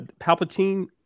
Palpatine